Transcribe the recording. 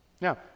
Now